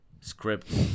script